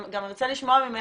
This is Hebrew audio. אני גם ארצה לשמוע ממך